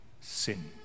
sin